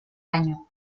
año